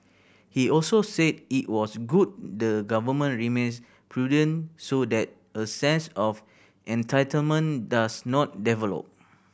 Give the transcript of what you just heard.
he also said it was good the Government remains prudent so that a sense of entitlement does not develop